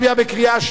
מקשה אחת,